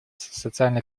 социально